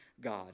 God